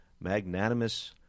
magnanimous